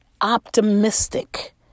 optimistic